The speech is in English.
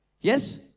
Yes